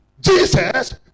Jesus